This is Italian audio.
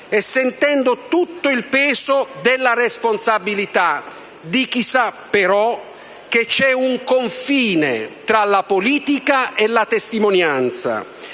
e sentendo tutto il peso della responsabilità di chi sa, però, che c'è un confine tra la politica e la testimonianza.